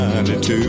92